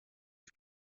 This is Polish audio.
ich